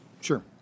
sure